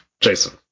Jason